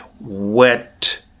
wet